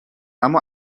اما